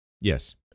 Yes